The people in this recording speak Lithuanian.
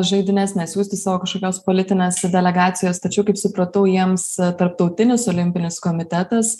žaidynes nesiųsti savo kažkokios politinės delegacijos tačiau kaip supratau jiems tarptautinis olimpinis komitetas